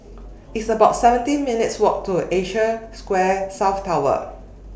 It's about seventeen minutes' Walk to Asia Square South Tower